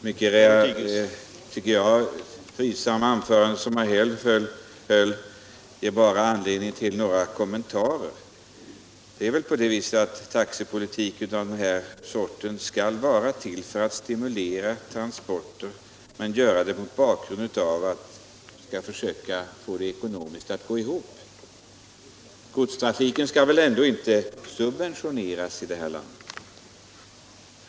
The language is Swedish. Herr talman! Det mycket trivsamma anförande som herr Häll höll ger bara anledning till ett par kommentarer. Taxepolitik av den här sorten skall stimulera transporter, men bakgrunden måste vara att det hela skall gå ihop ekonomiskt. Godstrafiken skall väl ändå inte subventioneras här i landet.